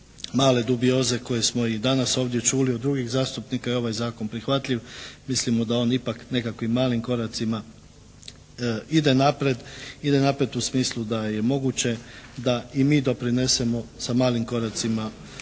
male dubioze koje smo i danas ovdje čuli od drugih zastupnika je ovaj zakon prihvatljiv. Mislimo da on ipak nekakvim malim koracima ide naprijed. Ide naprijed u smislu da je moguće da i mi doprinesemo sa malim koracima